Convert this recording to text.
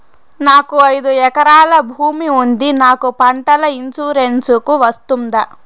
నాకు ఐదు ఎకరాల భూమి ఉంది నాకు పంటల ఇన్సూరెన్సుకు వస్తుందా?